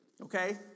okay